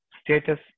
status